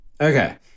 Okay